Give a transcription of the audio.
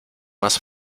más